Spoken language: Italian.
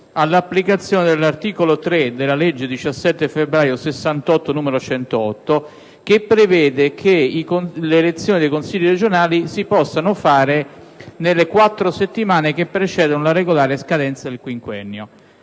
all'applicazione dell'articolo 3 della legge 17 febbraio 1968, n. 108, che prevede che le elezioni dei consigli regionali si debbano svolgere nelle quattro settimane che precedono la regolare scadenza del quinquennio.